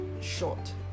short